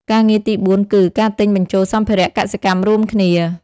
ការងារទីបួនគឺ ការទិញបញ្ចូលសម្ភារៈកសិកម្មរួមគ្នា។